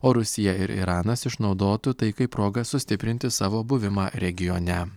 o rusija ir iranas išnaudotų tai kaip progą sustiprinti savo buvimą regione